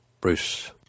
Bruce